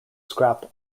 scrap